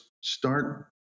start